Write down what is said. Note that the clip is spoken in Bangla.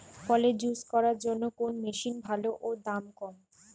ফলের জুস করার জন্য কোন মেশিন ভালো ও দাম কম?